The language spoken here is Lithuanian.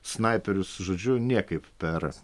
snaiperius žodžiu niekaip per